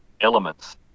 elements